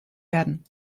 werden